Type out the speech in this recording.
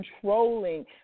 controlling